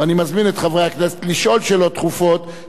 ואני מבטיח להם שהשרים יבואו וישיבו,